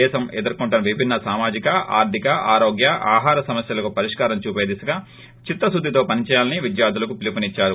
దేశం ఎదుర్కొంటున్న ్విభిన్ప సామాజిక ఆర్గిక ఆరోగ్య ఆహార సమస్యలకు పరిష్కారం చూపే దిశగా చిత్త శుద్గితో పని చేయాలని విద్యార్దులకు పిలుపునిచ్చారు